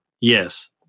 Yes